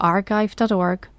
Archive.org